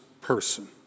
person